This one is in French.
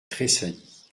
tressaillit